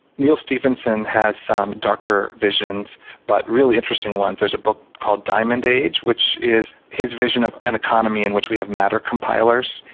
neal stephenson has some darker visions but really interesting ones. there's a book called diamond age which is his vision of an economy in which we have matter compilers.